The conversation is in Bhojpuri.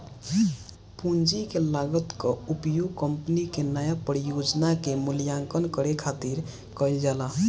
पूंजी के लागत कअ उपयोग कंपनी के नया परियोजना के मूल्यांकन करे खातिर कईल जाला